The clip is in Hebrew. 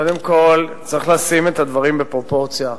קודם כול, צריך לשים את הדברים בפרופורציה.